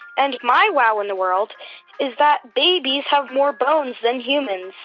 and my wow in the world is that babies have more bones than humans.